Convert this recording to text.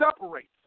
separates